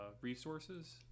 resources